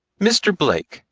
mr. blake,